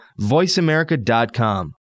voiceamerica.com